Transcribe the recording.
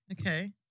Okay